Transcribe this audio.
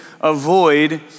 avoid